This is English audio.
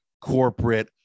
corporate